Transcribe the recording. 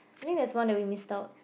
I think there's one that we missed out